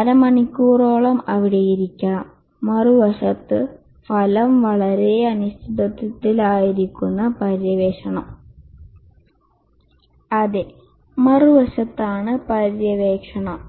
അരമണിക്കൂറോളം അവിടെ ഇരിക്കണം മറുവശത്താണ് ഫലം വളരെ അനിശ്ചിതത്വത്തിലായിരിക്കുന്ന പര്യവേക്ഷണം